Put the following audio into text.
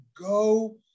go